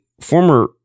former